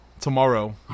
tomorrow